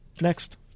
Next